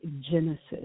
Genesis